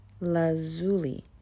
lazuli